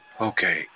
Okay